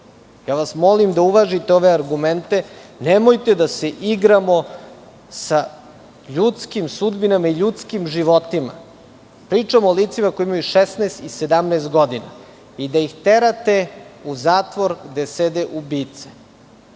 vas da uvažite ove argumente. Nemojte da se igramo sa ljudskim sudbinama i ljudskim životima. Pričamo o licima koja imaju 16 i 17 godina i da ih terate u zatvor gde sede ubice.